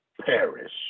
perish